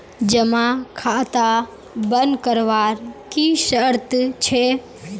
जमा खाता बन करवार की शर्त छे?